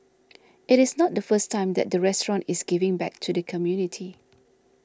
it is not the first time that the restaurant is giving back to the community